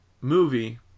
movie